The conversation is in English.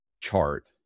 chart